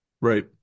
right